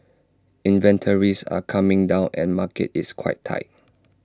inventories are coming down and market is quite tight